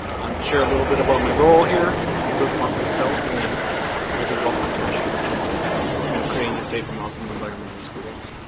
um share a little bit about my role here, a little bit about myself and then a little bit about my passion which is you know creating a safe and welcoming environment in schools.